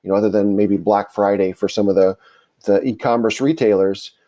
you know other than maybe black friday for some of the the e commerce retailers.